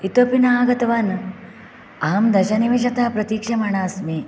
इतोऽपि न आगतवान् अहं दशनिमिशतः प्रतीक्षमाणा अस्मि